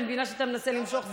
אני מבינה שאתה מנסה למשוך זמן.